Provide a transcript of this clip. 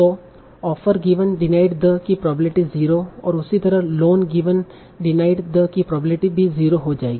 तों offer given denied the की probability 0 और उसी तरह लोन गीवेन डिनाइड द की प्रोबेबिलिटी भी 0 हो जाएगी